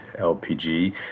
LPG